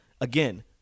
again